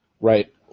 Right